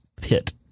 pit